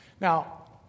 Now